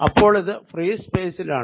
അപ്പോളിത് free സ്പേസിൽ ആണ്